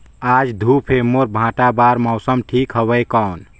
आज धूप हे मोर भांटा बार मौसम ठीक हवय कौन?